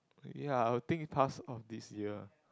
ye I would think past of this year